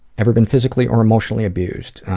ever been physically or emotionally abused?